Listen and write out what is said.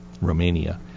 Romania